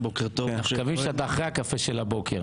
אי אפשר לקיים את הדיון